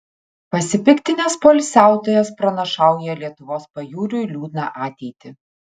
pasipiktinęs poilsiautojas pranašauja lietuvos pajūriui liūdną ateitį